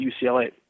UCLA